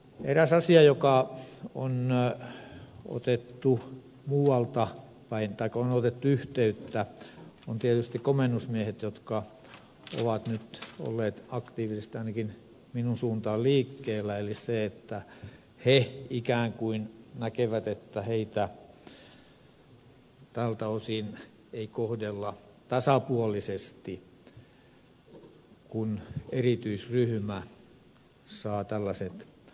eräs asia josta on otettu yhteyttä tietysti komennusmiehet jotka ovat nyt olleet aktiivisesti ainakin minun suuntaani liikkeellä on se että he ikään kuin näkevät että heitä tältä osin ei kohdella tasapuolisesti kun erityisryhmä saa tällaiset oikeudet